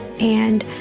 and